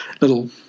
little